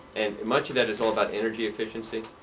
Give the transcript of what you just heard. and much of that is all about energy efficiency.